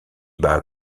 bas